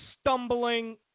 stumbling